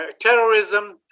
terrorism